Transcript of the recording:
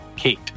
Kate